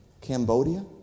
Cambodia